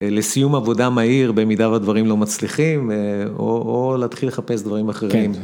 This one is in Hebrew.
לסיום עבודה מהיר במידה והדברים לא מצליחים או להתחיל לחפש דברים אחרים.